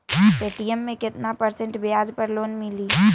Paytm मे केतना percent ब्याज पर लोन मिली?